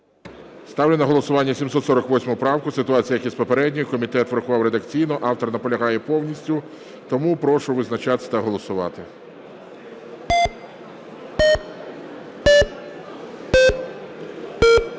Ставлю на голосування 748 правку. Ситуація як і з попередньою: комітет врахував редакційно, автор наполягає повністю. Тому прошу визначатися та голосувати.